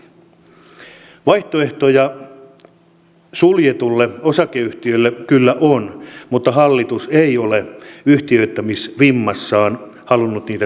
vaihtoehtoja suljetulle osakeyhtiölle kyllä on mutta hallitus ei ole yhtiöittämisvimmassaan halunnut niitä selvittää